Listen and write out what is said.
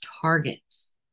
targets